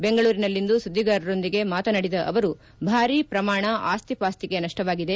ಬೆಂಗಳೂರಿನಲ್ಲಿಂದು ಸುದ್ದಿಗಾರರೊಂದಿಗೆ ಮಾತನಾಡಿದ ಅವರು ಭಾರಿ ಪ್ರಮಾಣ ಆಸ್ತಿಪಾಸ್ತಿಗೆ ನಕ್ಷವಾಗಿದೆ